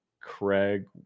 craig